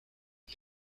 lui